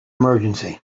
emergency